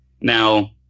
Now